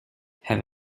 have